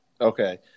Okay